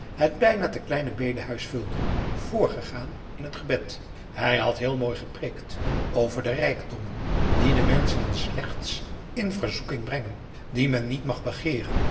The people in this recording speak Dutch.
het bijna te kleine bedehuis vulden vrgegaan in het gebed hij had heel mooi gepreekt over de rijkdommen die de menschen slechts in verzoeking brengen die men niet mag begeeren